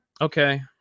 okay